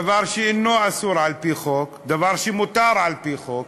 דבר שאינו אסור על-פי חוק, דבר שמותר על-פי חוק,